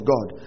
God